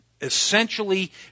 essentially